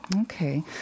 Okay